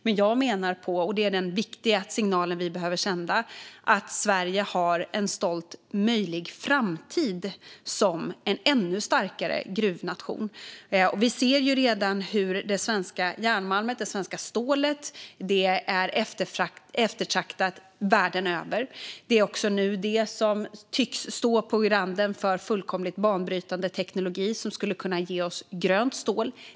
Men jag menar - och det är en viktig signal att sända - att Sverige även har en stolt möjlig framtid som en ännu starkare gruvnation. Den svenska järnmalmen och det svenska stålet är eftertraktat världen över. Det är också i den produktionen man tycks stå på randen till att kunna börja använda fullkomligt banbrytande teknologi som skulle kunna ge oss grönt stål.